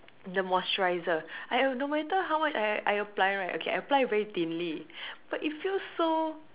the moisturizer I uh no matter how much I I apply right okay I apply very thinly but it feels so